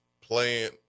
playing